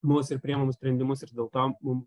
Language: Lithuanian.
mus ir priėmamus sprendimus ir dėl to mum